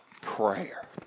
prayer